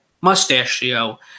mustachio